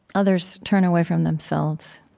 others turn away from themselves